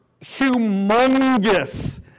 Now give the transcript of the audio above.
humongous